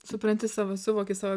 supranti savo suvoki savo